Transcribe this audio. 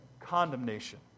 condemnation